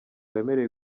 wemerewe